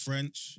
French